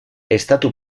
estatu